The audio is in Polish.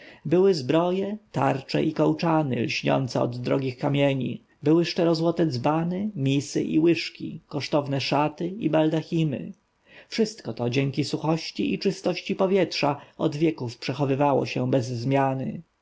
były zbroje tarcze i kołczany lśniące od drogich kamieni były szczerozłote dzbany misy i łyżki kosztowne szaty i baldachimy wszystko to dzięki suchości i czystości powietrza od wieków przechowywało się bez zmiany